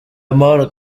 amahoro